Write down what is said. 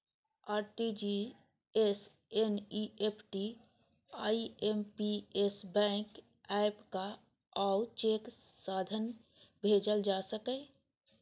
RTGS, NEFT, IMPS, bank app आ cheque सं धन भेजल जा सकैए